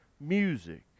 music